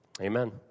Amen